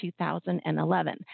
2011